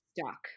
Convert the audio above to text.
stuck